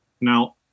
Now